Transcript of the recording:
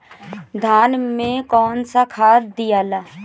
धान मे कौन सा खाद दियाला?